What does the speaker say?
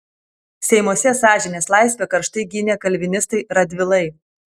seimuose sąžinės laisvę karštai gynė kalvinistai radvilai